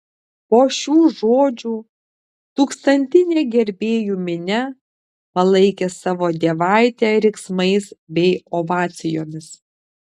po šių žodžių tūkstantinė gerbėjų minia palaikė savo dievaitę riksmais bei ovacijomis